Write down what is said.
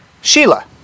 Sheila